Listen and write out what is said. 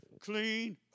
Clean